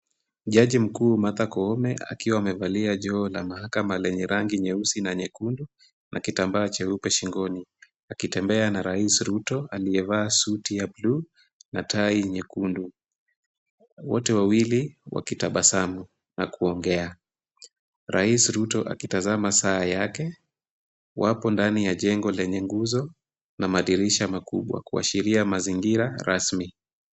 Jaji mkuu Martha Koome akiwa amevalia joho la mahakama lenye rangi nyeusi na nyekundu, na kitambaa cheupe shingoni. Akitembea na Rais Ruto aliyevaa suti ya bluu na tai nyekundu. Wote wawili wakitabasamu, nakuongea: Rais Ruto akitazama saa yake, wapo ndani ya jengo lenye nguzo, na madirisha makubwa, kuashiria mazingira rasmi.